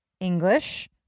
English